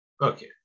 Okay